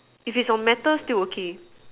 if it's on metal still okay